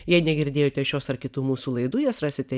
jei negirdėjote šios ar kitų mūsų laidų jas rasite